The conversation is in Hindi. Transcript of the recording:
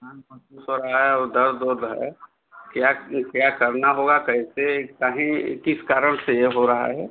थकान महसूस हो रहा है और दर्द ओर्द है क्या क्या करना होगा कैसे कहीं किस कारण से ये हो रहा है